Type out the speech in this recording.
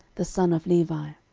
the son of levi.